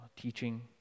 teaching